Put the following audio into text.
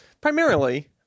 primarily